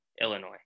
Illinois